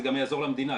זה גם יעזור למדינה,